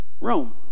Rome